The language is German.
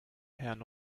herrn